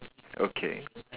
okay